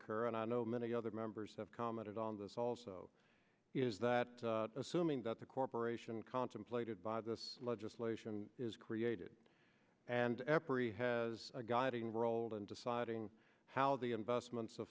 occur and i know many other members have commented on this also is that assuming that the corporation contemplated by this legislation is created and every has a guiding roldan deciding how the investments